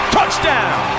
Touchdown